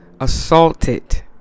assaulted